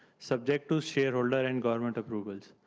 subject to shareholder and government approvals.